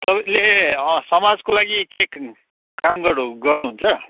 तपाईँले अँ समाजको लागि के कामहरू गर्नुहुन्छ